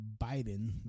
biden